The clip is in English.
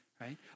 right